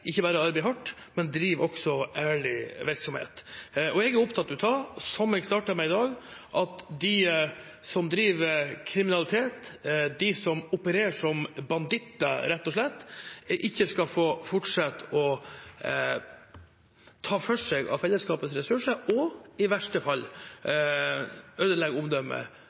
ikke bare arbeider hardt, men også driver ærlig virksomhet. Jeg er opptatt av, som jeg startet med i dag, at de som driver kriminalitet, de som opererer som banditter rett og slett, ikke skal få fortsette å ta for seg av fellesskapets ressurser og i verste fall ødelegge